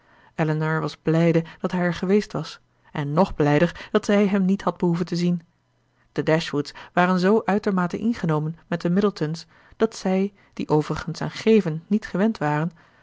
elinor was blijde dat hij er geweest was en nog blijder dat zij hem niet had behoeven te zien de dashwoods waren zoo uitermate ingenomen met de middletons dat zij die overigens aan geven niet gewend waren